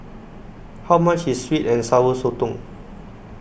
How much IS Sweet and Sour Sotong